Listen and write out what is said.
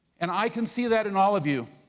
and i can see that in all of you,